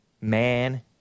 man